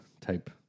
type